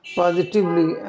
positively